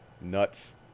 Nuts